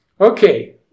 Okay